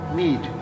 need